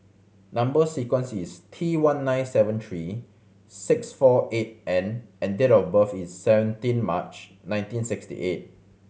number sequence is T one nine seven three six four eight N and date of birth is seventeen March nineteen sixty eight